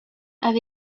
avait